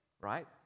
right